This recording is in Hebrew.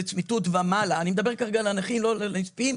אני מדבר כרגע על הנכים ולא על הנספים.